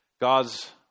God's